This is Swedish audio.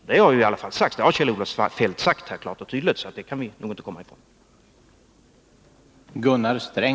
Det har Kjell-Olof Feldt sagt här klart och tydligt, så det kan han nog inte komma ifrån.